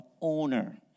owner